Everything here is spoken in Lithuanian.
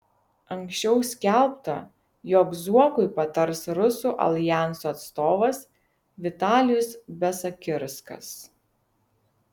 anksčiau skelbta jog zuokui patars rusų aljanso atstovas vitalijus besakirskas